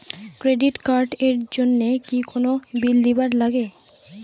Credit card এর জন্যে কি কোনো বিল দিবার লাগে?